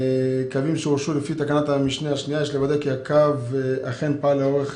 קווים שהורשו לפי תקנת המשנה השנייה יש לוודא כי הקו אכן פעל לאורך